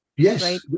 Yes